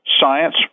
science